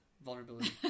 Vulnerability